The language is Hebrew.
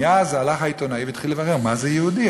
מאז הלך העיתונאי והתחיל לברר מה זה יהודי,